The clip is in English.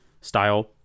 style